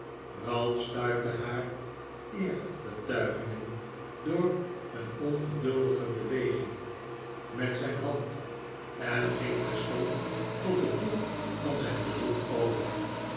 ralph stuitte haar eerbetuigingen door een ongeduldige beweging met zijn hand en ging terstond tot het doel van zijn bezoek over